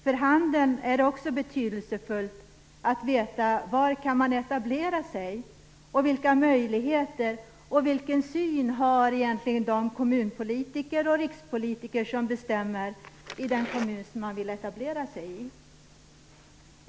För handeln är det också betydelsefullt att veta var man kan etablera sig, vilka möjligheter som finns och vilken syn de kommunpolitiker och rikspolitiker egentligen har som bestämmer i den kommun där man vill etablera sig.